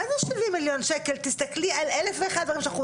מה זה שבעים מיליון שקל, זה באמת